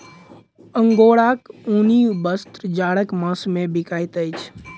अंगोराक ऊनी वस्त्र जाड़क मास मे बिकाइत अछि